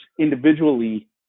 individually